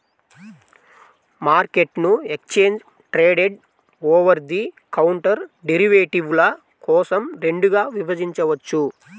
మార్కెట్ను exchange traded, over the counter డెరివేటివ్ల కోసం రెండుగా విభజించవచ్చు